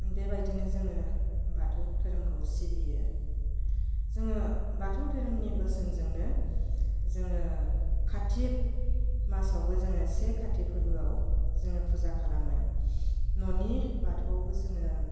बेबायदिनो जोङो बाथौ धोरोमखौ सिबियो जोङो बाथौ धोरोमनि बोसोनजोंनो जोङो खातिक मासावबो जोङो से खाति फोरबोआव जोङो फुजा खालामो न'नि बाथौआवबो जोङो